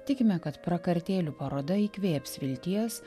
tikime kad prakartėlių paroda įkvėps vilties